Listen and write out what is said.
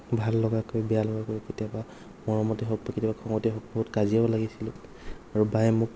ভাল লগাকৈ বেয়া লগাকৈ কেতিয়াবা মৰমতে হওক বা কেতিয়াবা খঙতে হওক বহুত কাজিয়াও লাগিছিলোঁ আৰু বায়ে মোক